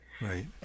Right